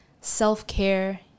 self-care